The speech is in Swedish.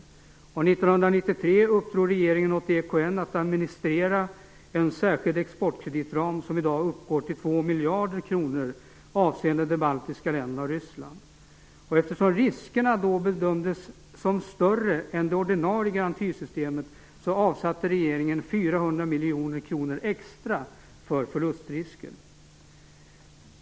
År 1993 uppdrog regeringen åt EKN att administrera en särskild exportkreditram, som i dag uppgår till 2 miljarder kronor, avseende de baltiska länderna och Ryssland. Eftersom riskerna då bedömdes som större än för det ordinarie garantisystemet avsatte regeringen 400 miljoner kronor extra för förlustrisker.